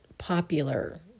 popular